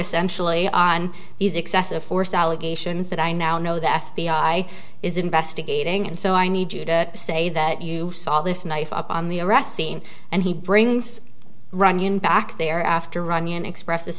essentially on these excessive force allegations that i now know the f b i is investigating and so i need you to say that you saw this knife up on the arrest scene and he brings runyan back there after runyan expresses